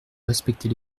respecter